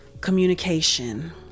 Communication